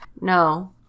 No